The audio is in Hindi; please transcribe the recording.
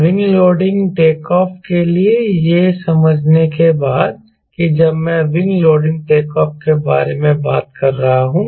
विंग लोडिंग टेकऑफ़ के लिए यह समझने के बाद कि जब मैं विंग लोडिंग टेकऑफ़ के बारे में बात कर रहा हूँ